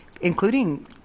including